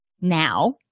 now